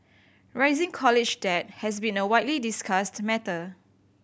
rising college debt has been a widely discussed matter